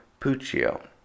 Puccio